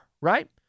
right